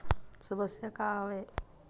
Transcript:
समस्या का आवे?